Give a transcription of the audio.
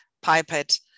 pipette